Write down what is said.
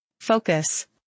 focus